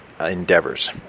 endeavors